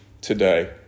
today